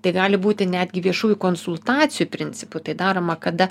tai gali būti netgi viešųjų konsultacijų principu tai daroma kada